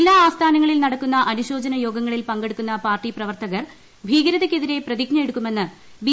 ജില്ലാ ആസ്ഥാനങ്ങളിൽ നടക്കുന്ന അനുശോചന യോഗങ്ങളിൽ പങ്കെടുക്കുന്ന പാർട്ടി പ്രവർത്തകർ ഭീകരതക്കെതിരെ പ്രതിജ്ഞ എടുക്കുമെന്ന് ബി